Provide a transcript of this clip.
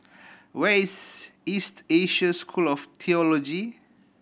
where is East Asia School of Theology